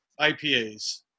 IPAs